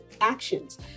actions